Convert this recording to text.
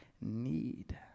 need